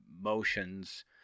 motions